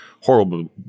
horrible